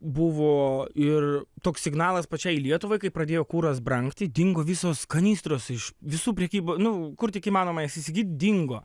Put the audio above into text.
buvo ir toks signalas pačiai lietuvai kai pradėjo kuras brangti dingo visos kanistros iš visų prekyba nu kur tik įmanoma jas įsigyt dingo